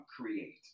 create